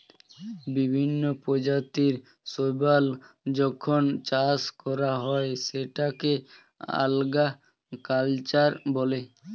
বিভিন্ন প্রজাতির শৈবাল যখন চাষ করা হয় সেটাকে আল্গা কালচার বলে